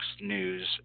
News